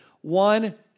One